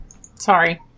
Sorry